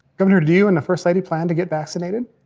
governor, do you and the first lady plan to get vaccinated?